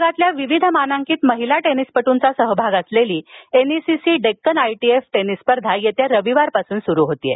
जगातील विविध मानांकित महीला टेनिसपट्ंचा सहभाग असलेली एनईसीसी डेक्कन आयटीएफ टेनिस स्पर्धेला येत्या रविवारपासुन प्रारंभ होत आहे